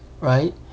right